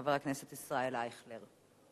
חבר הכנסת ישראל אייכלר.